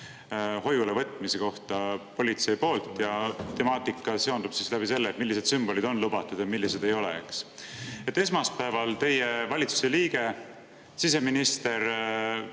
hoiulevõtmise kohta politsei poolt. Temaatika seondub läbi selle, et millised sümbolid on lubatud ja millised ei ole. Esmaspäeval teie valitsuse liige, siseminister